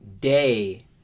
day